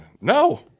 No